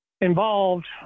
involved